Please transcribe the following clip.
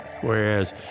Whereas